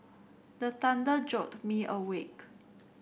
the thunder jolt me awake